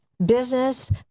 Business